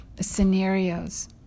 scenarios